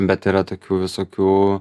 bet yra tokių visokių